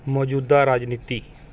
ਮੌਜੂਦਾ ਰਾਜਨੀਤੀ